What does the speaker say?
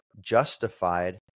justified